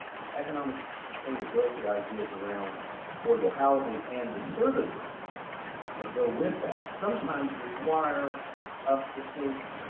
this economic sustainability ideas around affordable housing and the services that go with that sometimes require us to think